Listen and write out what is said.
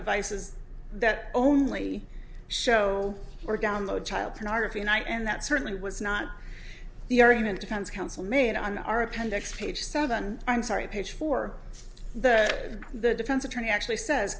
devices that only show or download child pornography and i and that certainly was not the argument defense counsel made on our appendix page seven i'm sorry page four that the defense attorney actually says